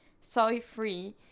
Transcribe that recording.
soy-free